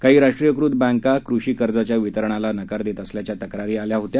काही राष्ट्रीयीकृत बँका कृषी कर्जाच्या वितरणाला नकार देत असल्याच्या तक्रारी आल्या होत्या